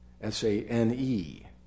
S-A-N-E